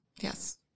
Yes